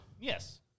Yes